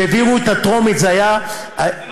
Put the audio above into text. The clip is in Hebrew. כשהעבירו את הטרומית זה היה, זה לא,